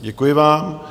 Děkuji vám.